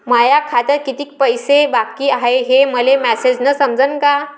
माया खात्यात कितीक पैसे बाकी हाय हे मले मॅसेजन समजनं का?